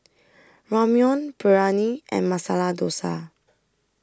Ramyeon Biryani and Masala Dosa